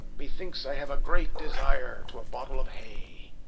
methinks i have a great desire to a bottle of hay.